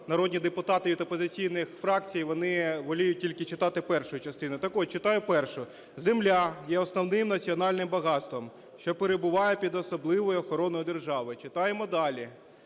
народні депутати від опозиційних фракцій, вони воліють тільки читати першу частину. Так от, читаю першу: "Земля є основним національним багатством, що перебуває під особливою охороною держави". Читаємо далі: